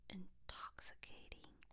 intoxicating